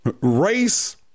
race